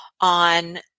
on